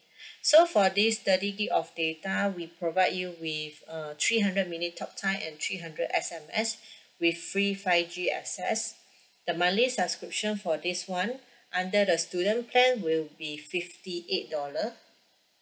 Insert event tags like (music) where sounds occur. (breath) so for this thirty gig of data we provide you with uh three hundred minute talk time and three hundred S_M_S (breath) with free five G access (breath) the monthly subscription for this one under the student plan will be fifty eight dollar